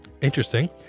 interesting